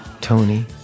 Tony